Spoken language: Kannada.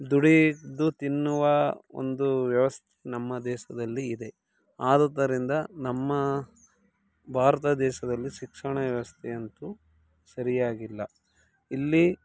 ದುಡಿದು ತಿನ್ನುವ ಒಂದು ವ್ಯವಸ್ಥೆ ನಮ್ಮ ದೇಶದಲ್ಲಿ ಇದೆ ಆದುದ್ದರಿಂದ ನಮ್ಮ ಭಾರತ ದೇಶದಲ್ಲಿ ಶಿಕ್ಷಣ ವ್ಯವಸ್ಥೆಯಂತೂ ಸರಿಯಾಗಿಲ್ಲ ಇಲ್ಲಿ